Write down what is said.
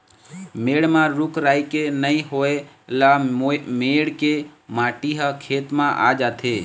मेड़ म रूख राई के नइ होए ल मेड़ के माटी ह खेत म आ जाथे